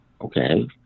okay